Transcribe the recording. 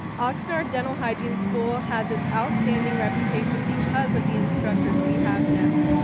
oxnard dental hygiene school has its outstanding reputation because of the instructors we have now.